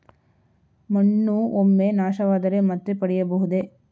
ಮಣ್ಣು ಒಮ್ಮೆ ನಾಶವಾದರೆ ಮತ್ತೆ ಪಡೆಯಬಹುದೇ?